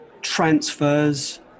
transfers